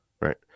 right